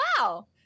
wow